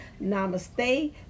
Namaste